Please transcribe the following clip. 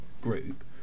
group